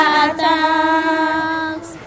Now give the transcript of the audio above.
attacks